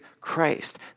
Christ